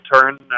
turn